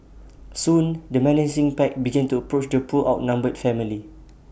soon the menacing pack began to approach the poor outnumbered family